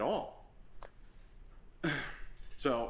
all so